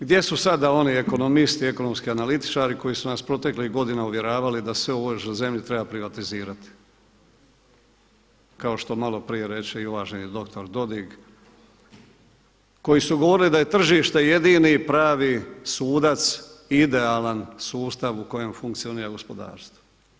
Gdje su sada oni ekonomisti, ekonomski analitičari koji su nas proteklih godina uvjeravali da sve u ovoj zemlji treba privatizirati kao što malo prije reče i uvaženi doktor Dodig, koji su govorili da je tržište jedini pravi sudac, idealan sustav u kojem funkcionira gospodarstvo.